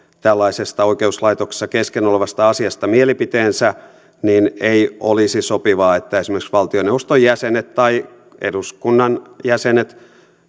tällaisesta oikeuslaitoksessa kesken olevasta asiasta mielipiteensä niin ei olisi sopivaa että esimerkiksi valtioneuvoston jäsenet tai eduskunnan jäsenet